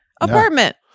apartment